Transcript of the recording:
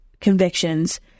convictions